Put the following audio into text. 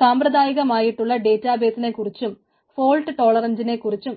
സാമ്പ്രദായികമായിട്ടുള്ള ഡേറ്റാബേസിനെക്കുറിച്ചും ഫോൾട്ട് ടോളറന്റിനെക്കുറിച്ചും